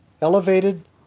elevated